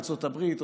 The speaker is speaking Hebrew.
מארצות הברית,